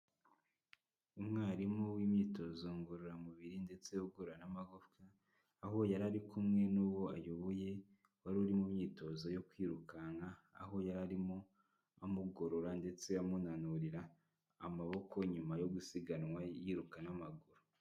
Umwarimu w'imyitozo ngororamubiri ndetse ugorora n'amagufwa, aho yari ari kumwe n'uwo ayoboye, wari uri mu myitozo yo kwirukanka, aho yari arimo amugorora ndetse amunanurira amaboko nyuma yo gusiganwa yiruka n'amaguru.